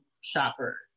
shopper